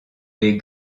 les